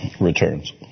returns